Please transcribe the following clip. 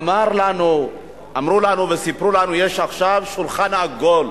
אמרו לנו וסיפרו לנו שיש עכשיו שולחן עגול.